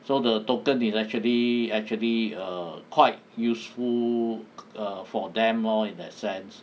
so the token is actually actually err quite useful for them lor in that sense